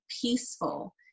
peaceful